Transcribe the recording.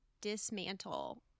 dismantle